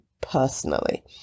personally